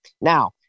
Now